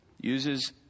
uses